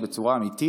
בצורה אמיתית,